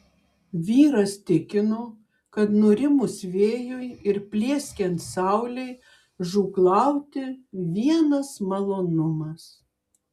vyras tikino kad nurimus vėjui ir plieskiant saulei žūklauti vienas malonumas